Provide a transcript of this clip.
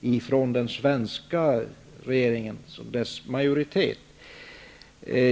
vi från den svenska regeringens majoritet se litet mer kraftfulla åtgärder?